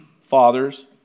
fathers